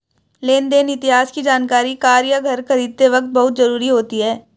लेन देन इतिहास की जानकरी कार या घर खरीदते वक़्त बहुत जरुरी होती है